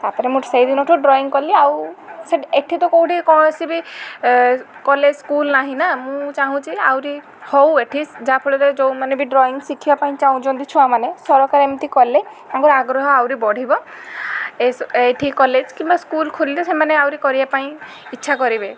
ତା'ପରେ ମୁଁ ସେଇଦିନ ଠୁ ଡ୍ରଇଂ କଲି ଆଉ ସେ ଏଠି ତ କେଉଁଠି କୌଣସି ବି ଏ କଲେଜ ସ୍କୁଲ ନାହିଁ ନା ମୁଁ ଚାହୁଁଛି ଆହୁରି ହଉ ଏଠି ଯାହାଫଳରେ ଯୋଉଁ ମାନେ ବି ଡ୍ରଇଂ ଶିଖିବା ପାଇଁ ଚାହୁଛନ୍ତି ଛୁଆମାନେ ସରକାର ଏମିତି କଲେ ତାଙ୍କର ଆଗ୍ରହ ଆହୁରି ବଢ଼ିବ ଏଠି କଲେଜ କିମ୍ବା ସ୍କୁଲ ଖୋଲିଲେ ସେମାନେ ଆହୁରି କରିବା ପାଇଁ ଇଚ୍ଛା କରିବେ